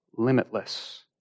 Limitless